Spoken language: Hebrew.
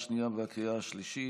לקריאה השנייה ולקריאה השלישית.